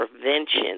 Prevention